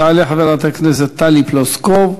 תעלה חברת הכנסת טלי פלוסקוב,